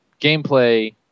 gameplay